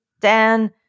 Dan